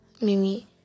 Mimi